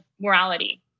morality